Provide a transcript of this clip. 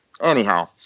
Anyhow